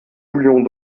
voulions